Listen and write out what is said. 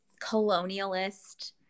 colonialist